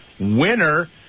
winner